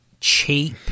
cheap